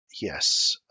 Yes